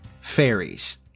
Fairies